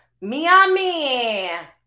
Miami